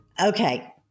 Okay